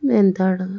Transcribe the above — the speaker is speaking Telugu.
ఎంత అడగ